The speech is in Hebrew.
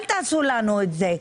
אל תעשו לנו את זה.